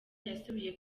yasubiye